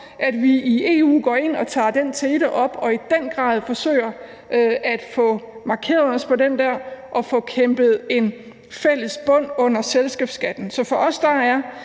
at vi i EU går i teten og tager det op og i den grad forsøger at få markeret os på den og får kæmpet os frem til en fælles bund under selskabsskatten. Så for os er en